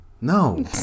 no